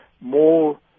more